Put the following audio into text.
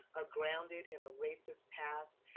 are grounded in a racist past,